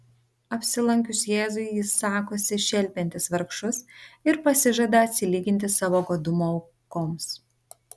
apsilankius jėzui jis sakosi šelpiantis vargšus ir pasižada atsilyginti savo godumo aukoms